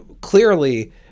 Clearly